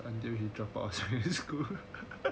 until he drop out of secondary school